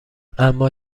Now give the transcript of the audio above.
اما